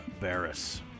Barris